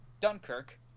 Dunkirk